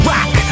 Rock